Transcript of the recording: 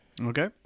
Okay